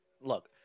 Look